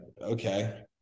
okay